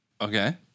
Okay